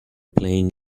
playing